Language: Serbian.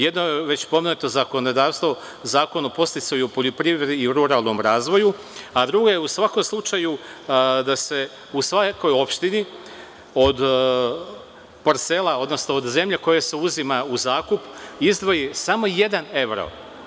Jedno je već pomenuto zakonodavstvo, Zakon o podsticaju u poljoprivredi i ruralnom razvoju, a drugo je u svakom slučaju da se u svakoj opštini od parcela, odnosno od zemlje koja se uzima u zakup izdvoji samo jedan evro.